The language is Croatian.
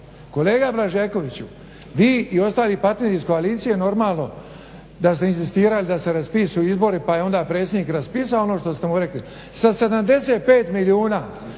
Kolega Blažekoviću, vi i ostali partneri iz koalicije normalno da ste inzistirali da se raspišu izbori pa je onda predsjednik raspisao ono što ste mu rekli. Sa 75 milijuna